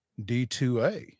D2A